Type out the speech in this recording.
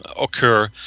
occur